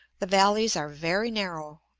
the valleys are very narrow,